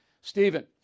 Stephen